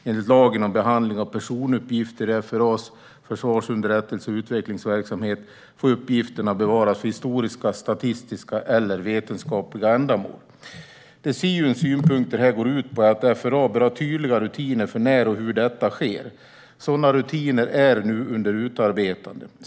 Enligt lagen om behandling av personuppgifter i FRA:s försvarsunderrättelse och utvecklingsverksamhet får uppgifterna bevaras för historiska, statistiska eller vetenskapliga ändamål. Siuns synpunkter går ut på att FRA bör ha tydligare rutiner för när och hur detta ska ske. Sådana rutiner är nu under utarbetande.